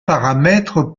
paramètres